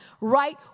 right